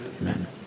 Amen